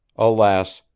alas,